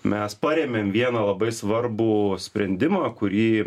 mes parėmėm vieną labai svarbų sprendimą kurį